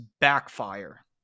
backfire